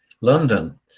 london